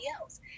else